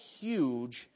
huge